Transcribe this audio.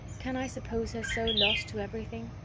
can i suppose her so lost to everything?